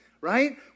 right